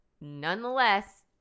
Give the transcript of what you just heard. nonetheless